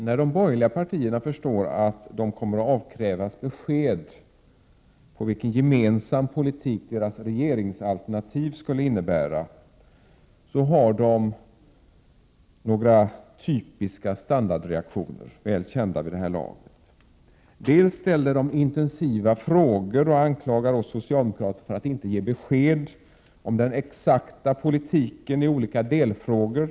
När de borgerliga partierna förstår att de kommer att avkrävas besked om vilken gemensam politik deras regeringsalternativ skulle innebära har de några typiska standardreaktioner som är väl kända vid det här laget. De ställer t.ex. intensiva frågor och anklagar oss socialdemokrater för att inte ge besked om den exakta politiken i olika delfrågor.